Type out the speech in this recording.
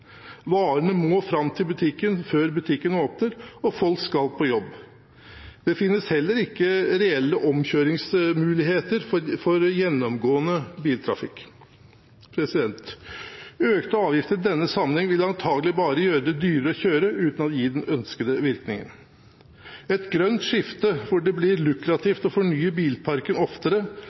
Varene må fram til butikken før butikken åpner, og folk skal på jobb. Det finnes heller ikke reelle omkjøringsmuligheter for gjennomgående biltrafikk. Økte avgifter i denne sammenheng vil antakelig bare gjøre det dyrere å kjøre uten å gi den ønskede virkningen. Et grønt skifte, hvor det blir lukrativt å fornye bilparken oftere,